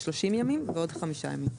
יש לו שלושים ימים ועוד חמישה ימים.